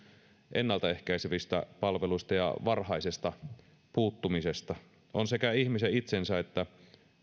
ennaltaehkäisevistä palveluista ja varhaisesta puuttumisesta on sekä ihmisen itsensä että